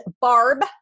Barb